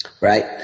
right